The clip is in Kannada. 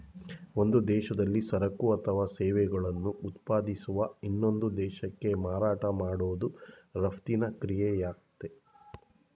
ಒಂದು ದೇಶದಲ್ಲಿ ಸರಕು ಅಥವಾ ಸೇವೆಗಳನ್ನು ಉತ್ಪಾದಿಸುವ ಇನ್ನೊಂದು ದೇಶಕ್ಕೆ ಮಾರಾಟ ಮಾಡೋದು ರಫ್ತಿನ ಕ್ರಿಯೆಯಾಗಯ್ತೆ